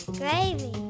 Gravy